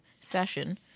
session